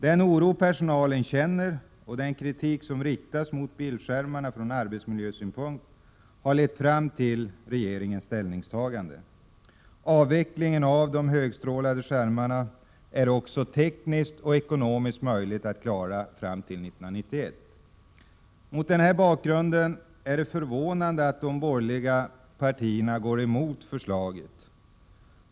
Den oro som personalen känner och den kritik som riktas mot bildskärmarna från arbetsmiljösynpunkt har lett fram till regeringens ställningstagande. Det är också tekniskt ekonomiskt möjligt att klara avvecklingen av de högstrålande skärmarna fram till år 1991. Mot denna bakgrund är det förvånande att de borgerliga partierna går emot förslaget.